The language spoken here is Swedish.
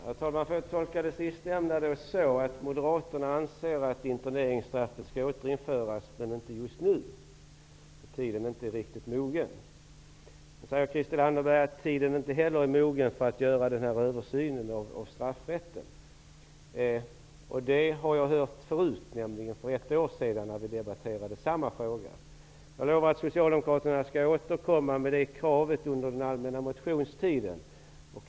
Herr talman! Jag tolkar det sistnämnda så, att Moderaterna anser att interneringsstraffet skall återinföras, men inte just nu därför att tiden inte är riktigt mogen. Christel Anderberg säger att tiden inte heller är mogen för att göra en översyn av straffrätten. Detta har jag hört förut, nämligen för ett år sedan då vi debatterade samma fråga. Jag har lovat att Socialdemokraterna skall återkomma med detta krav under allmänna motionstiden.